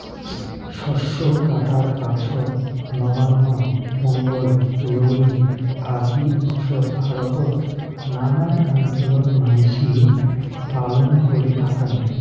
শস্য কাটার পাছত নবান্ন, পোঙ্গল, লোরী আদি উৎসব ভারতত নানান অঞ্চলত মানসি পালন করি থাকং